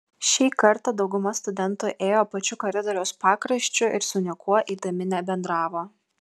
šį kartą dauguma studentų ėjo pačiu koridoriaus pakraščiu ir su niekuo eidami nebendravo